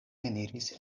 eniris